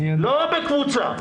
לא בקבוצה.